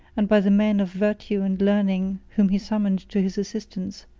and by the men of virtue and learning whom he summoned to his assistance,